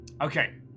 Okay